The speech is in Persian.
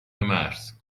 مرز